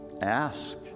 Ask